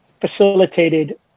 facilitated